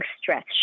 stress